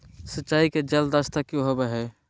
सिंचाई के जल दक्षता कि होवय हैय?